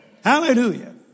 Hallelujah